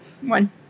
One